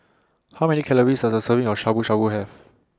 How Many Calories Does A Serving of Shabu Shabu Have